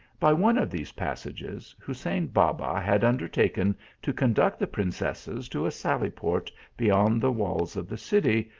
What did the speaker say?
by one of these passages, hussein baba had undertaken to conduct the princesses to a sally-port beyond the walls of the city,